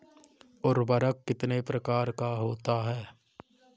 उर्वरक कितने प्रकार का होता है?